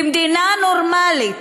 במדינה נורמלית,